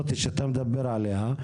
שאתה מדבר עליה,